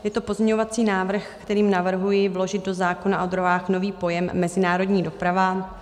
Je to pozměňovací návrh, kterým navrhuji vložit do zákona o dráhách nový pojem mezinárodní doprava.